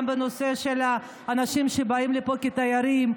גם בנושא של אנשים שבאים לפה כתיירים.